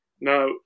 Now